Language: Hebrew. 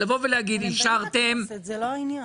אבל הם באים לכנסת, זה לא העניין.